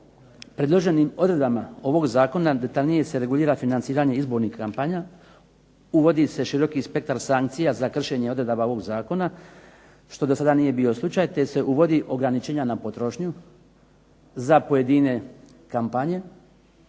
Predloženim odredbama ovog zakona detaljnije se regulira financiranje izbornih kampanja, uvodi se široki spektar sankcija za kršenje odredaba ovoga zakona što do sada nije bio slučaj, te se uvodi ograničenja na potrošnju za pojedine kampanje